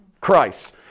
Christ